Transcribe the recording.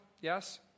Yes